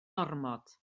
ormod